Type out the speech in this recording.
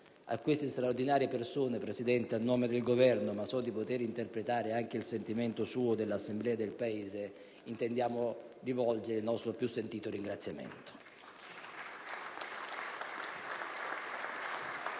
A queste straordinarie persone, Presidente, a nome del Governo, ma so di poter interpretare anche il sentimento suo, dell'Assemblea e del Paese, intendiamo rivolgere il nostro più sentito ringraziamento.